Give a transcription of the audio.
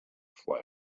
flesh